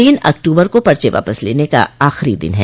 तीन अक्टूबर को पर्चे वापस लेने का आखिरी दिन है